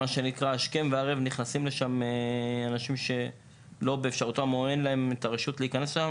שהשכם והערב נכנסים אליהם אנשים שאין להם את הרשות להיכנס לשם,